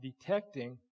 detecting